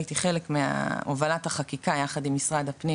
הייתי חלק מהובלת החקיקה יחד עם משרד הפנים,